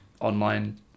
online